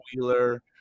Wheeler